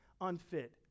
unfit